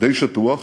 די שטוח,